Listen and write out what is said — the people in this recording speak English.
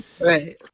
right